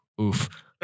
Oof